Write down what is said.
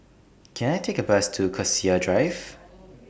Can I Take A Bus to Cassia Drive